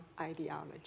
ideology